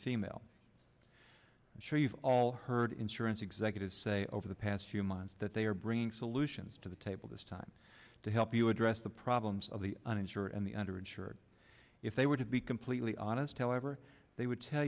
you've all heard insurance executives say over the past few months that they are bringing solutions to the table this time to help you address the problems of the uninsured and the under insured if they were to be completely honest however they would tell